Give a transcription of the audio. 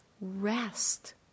rest